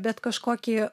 bet kažkokį